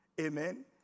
Amen